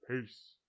Peace